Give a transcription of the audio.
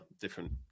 different